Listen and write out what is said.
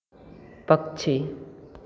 पक्षी